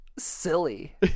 silly